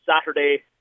Saturday